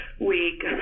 week